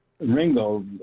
Ringo